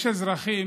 יש אזרחים